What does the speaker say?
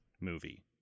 movie